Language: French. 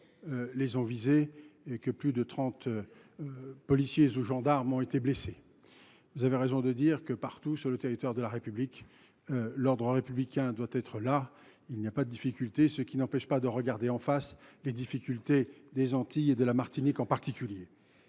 les ont visées et que plus de trente policiers et gendarmes ont été blessés. Vous avez raison de dire que, partout sur le territoire de la République, l’ordre républicain doit être respecté, ce qui n’empêche pas de regarder en face les difficultés des Antilles, et de la Martinique en particulier.